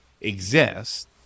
exist